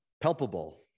Palpable